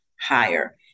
higher